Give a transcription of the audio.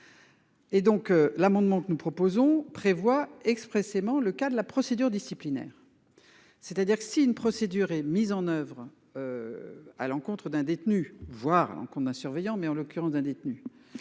Et donc l'amendement que nous proposons prévoit expressément le cas de la procédure disciplinaire. C'est-à-dire que si une procédure et mise en oeuvre. À l'encontre d'un détenu voir avant qu'on a surveillant, mais en l'occurrence d'un détenu.